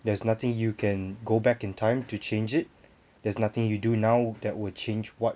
there's nothing you can go back in time to change it there's nothing you do now that will change [what]